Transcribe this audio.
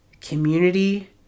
community